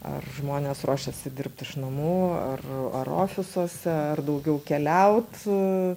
ar žmonės ruošiasi dirbt iš namų ar ar ofisuose ar daugiau keliaut